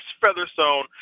Featherstone